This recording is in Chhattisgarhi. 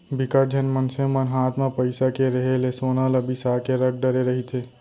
बिकट झन मनसे मन हात म पइसा के रेहे ले सोना ल बिसा के रख डरे रहिथे